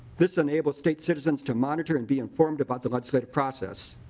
this enables state systems to monitor and be informed about the legislative process.